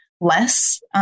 less